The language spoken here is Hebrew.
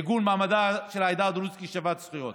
עיגון מעמדה של העדה הדרוזית כשוות זכויות.